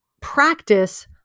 practice